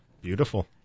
Beautiful